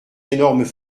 énormes